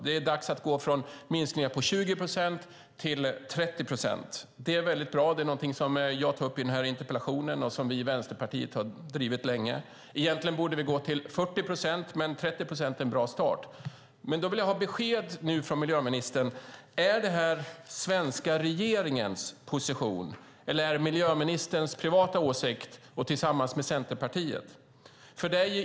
Det är dags att gå från minskningar på 20 procent till 30 procent. Det är väldigt bra, det är någonting jag tar upp i interpellationen och som vi i Vänsterpartiet har drivit väldigt länge. Egentligen borde vi gå till 40 procent, men 30 procent är en bra start. Då vill jag ha besked från miljöministern: Är det här svenska regeringens position, eller är det miljöministerns privata åsikt tillsammans med Centerpartiet?